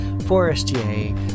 Forestier